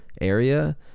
area